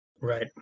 Right